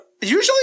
Usually